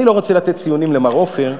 אני לא רוצה לתת ציונים למר עופר,